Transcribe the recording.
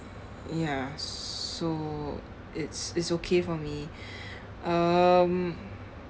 ya so it's it's okay for me um